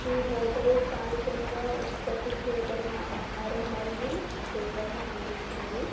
ఈ హోటల్ స్థానికంగా ఉత్పత్తి చేయబడిన ఆహారం మరియు సేవలను అందిస్తుంది